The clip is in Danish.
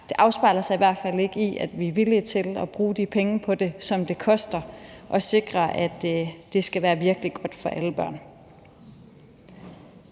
Det afspejler sig i hvert fald ikke i, at vi er villige til at bruge de penge på det, som det koster at sikre, at det er virkelig godt for alle børn.